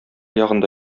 ягында